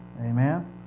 Amen